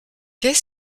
qu’est